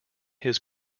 his